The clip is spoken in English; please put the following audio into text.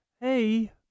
Hey